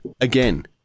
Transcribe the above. Again